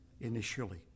initially